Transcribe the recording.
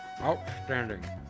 Outstanding